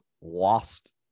lost